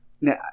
Now